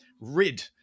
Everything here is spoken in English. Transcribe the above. rid